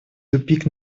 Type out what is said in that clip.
тупик